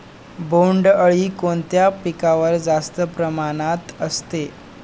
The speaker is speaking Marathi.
बोंडअळी कोणत्या पिकावर जास्त प्रमाणात असते?